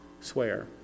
Swear